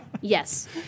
Yes